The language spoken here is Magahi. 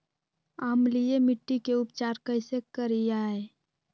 अम्लीय मिट्टी के उपचार कैसे करियाय?